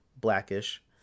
Blackish